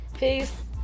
Peace